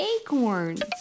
acorns